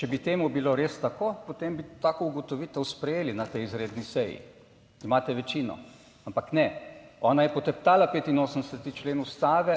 Če bi temu bilo res tako, potem bi tako ugotovitev sprejeli na tej izredni seji, imate večino, ampak ne, ona je poteptala 85. člen Ustave,